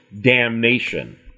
damnation